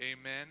Amen